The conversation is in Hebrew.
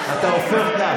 אתה הופך דף.